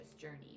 journey